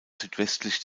südwestlich